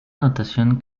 notación